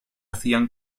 hacían